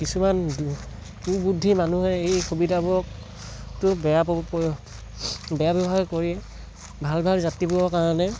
কিছুমান কুবুদ্ধি মানুহে এই সুবিধাবোৰকটো বেয়া বেয়া ব্যৱহাৰ কৰি ভাল ভাল যাত্ৰীবোৰৰ কাৰণে